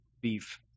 beef